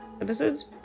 episodes